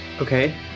Okay